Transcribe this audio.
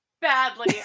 badly